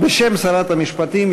בשם שרת המשפטים,